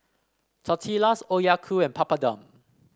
Tortillas Okayu and Papadum